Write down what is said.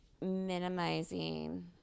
minimizing